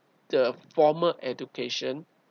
the formal education